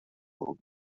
bobl